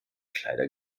kleider